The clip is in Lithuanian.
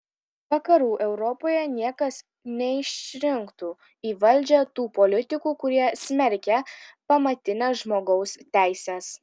vakarų europoje niekas neišrinktų į valdžią tų politikų kurie smerkia pamatines žmogaus teises